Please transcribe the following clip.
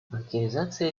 активизация